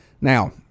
now